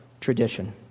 tradition